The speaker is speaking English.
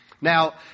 Now